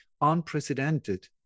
unprecedented